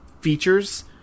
features